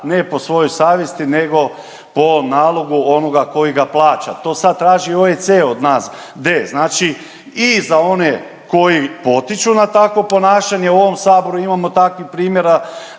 ne po svojoj savjesti nego po nalogu onoga koji ga plaća. To sad traži OEC od nas D znači i za one koji potiču na takvo ponašanje. U ovom saboru imamo takvih primjera